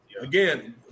again